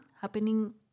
happening